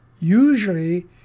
Usually